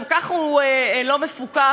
גם ככה הוא לא מפוקח.